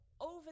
Over